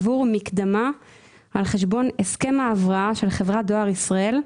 עבור מקדמה על חשבון ההסכם ההבראה של חברת דואר ישראל,